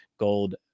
Gold